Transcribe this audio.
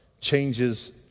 changes